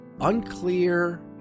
unclear